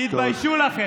תתביישו לכם.